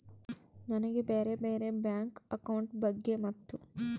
ನನಗೆ ಬ್ಯಾರೆ ಬ್ಯಾರೆ ಬ್ಯಾಂಕ್ ಅಕೌಂಟ್ ಬಗ್ಗೆ ಮತ್ತು?